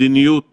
מדיניות